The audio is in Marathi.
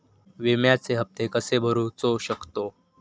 विम्याचे हप्ते कसे भरूचो शकतो?